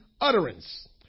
utterance